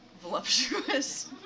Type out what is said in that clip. voluptuous